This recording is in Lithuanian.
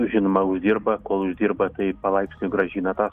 žinoma uždirba kol uždirba tai palaipsniui grąžina tą